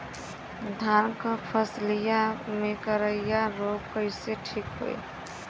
धान क फसलिया मे करईया रोग कईसे ठीक होई?